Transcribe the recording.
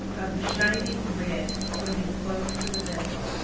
of a shining red, swimming close to the vessel.